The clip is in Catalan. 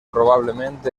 probablement